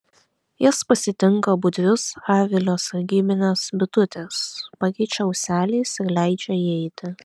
jas pasitinka budrius avilio sargybinės bitutės pakeičia ūseliais ir leidžia įeiti